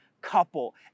couple